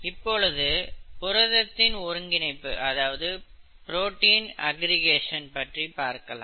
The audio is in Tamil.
இப்பொழுது புரதத்தின் ஒருங்கிணைப்பு பற்றி பார்க்கலாம்